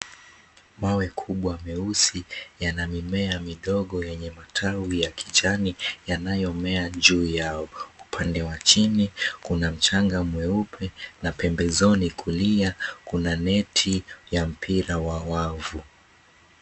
Mawe kubwa meusi yana mimea midogo yenye matawi ya kijani yanayomea juu yao. Upande wa chini kuna mchanga mweupe na pembezoni kulia kuna neti ya mpira wa wavu.